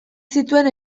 zituen